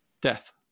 Death